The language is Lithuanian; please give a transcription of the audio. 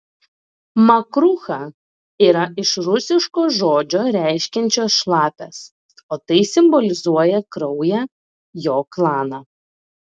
makrucha yra iš rusiško žodžio reiškiančio šlapias o tai simbolizuoja kraują jo klaną